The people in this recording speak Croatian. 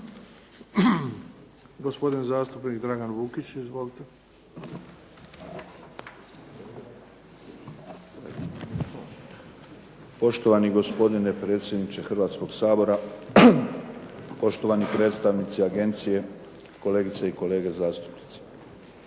Gospodin zastupnik Dragan Vukić. Izvolite. **Vukić, Dragan (HDZ)** Poštovani gospodine predsjedniče Hrvatskog sabora, poštovani predstavnici agencije, kolegice i kolege zastupnici.